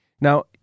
Now